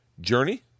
Journey